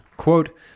Quote